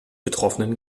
betroffenen